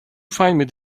find